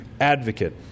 advocate